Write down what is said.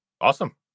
Awesome